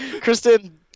Kristen